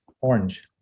Orange